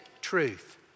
truth